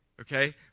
Okay